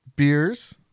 beers